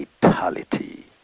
vitality